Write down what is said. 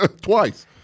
Twice